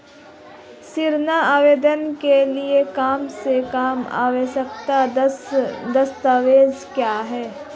ऋण आवेदन के लिए कम से कम आवश्यक दस्तावेज़ क्या हैं?